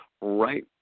right